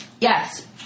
Yes